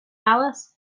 alice